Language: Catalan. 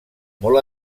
molt